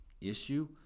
issue